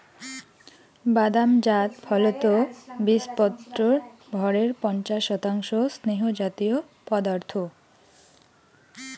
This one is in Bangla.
বাদাম জাত ফলত বীচপত্রর ভরের পঞ্চাশ শতাংশ স্নেহজাতীয় পদার্থ